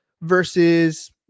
versus